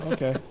Okay